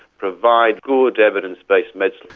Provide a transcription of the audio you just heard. provide good evidence-based medicine.